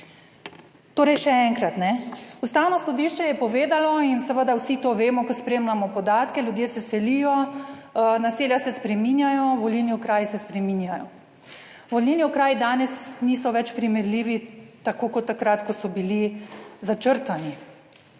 Torej, še enkrat, Ustavno sodišče je povedalo in seveda vsi to vemo, ko spremljamo podatke, ljudje se selijo, naselja se spreminjajo, volilni okraji se spreminjajo. Volilni okraji danes niso več primerljivi tako kot takrat, ko so bili začrtani.